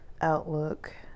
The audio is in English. outlook